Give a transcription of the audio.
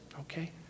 okay